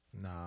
Nah